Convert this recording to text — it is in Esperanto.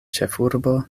ĉefurbo